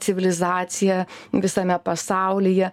civilizacija visame pasaulyje